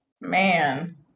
Man